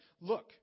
look